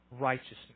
righteousness